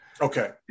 Okay